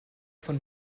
von